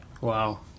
Wow